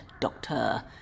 doctor